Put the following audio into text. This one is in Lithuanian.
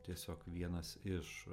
tiesiog vienas iš